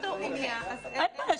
אין בעיה.